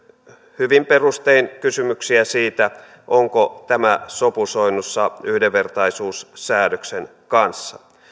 hyvin perustein kysymyksiä siitä onko tämä sopusoinnussa yhdenvertaisuussäädöksen kanssa